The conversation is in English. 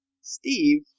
Steve